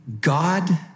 God